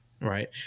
Right